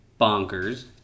bonkers